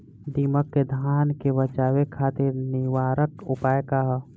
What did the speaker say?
दिमक से धान के बचावे खातिर निवारक उपाय का ह?